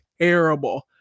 terrible